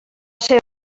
ser